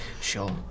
Sure